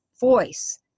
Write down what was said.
voice